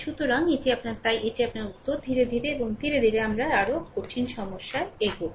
সুতরাং এটি আপনার তাই এটি আপনার উত্তর ধীরে ধীরে এবং ধীরে ধীরে আমরা কঠিন সমস্যা নেব